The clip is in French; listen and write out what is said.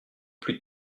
plus